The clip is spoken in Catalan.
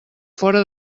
fora